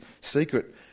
secret